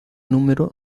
número